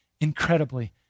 incredibly